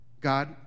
God